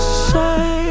say